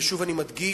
שוב אני מדגיש,